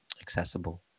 accessible